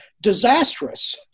disastrous